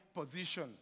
position